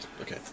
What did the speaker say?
okay